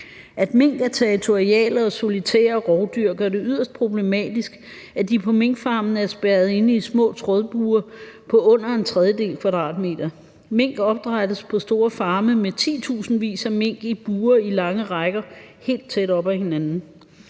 At mink er territoriale og solitære rovdyr, gør det yderst problematisk, at de på minkfarmene er spærret inde i små trådbure på under en tredjedel kvadratmeter. Mink opdrættes på store farme med titusindvis af mink i bure i lange rækker helt tæt op ad hinanden.